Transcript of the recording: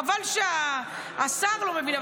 חבל שהשר לא מבין,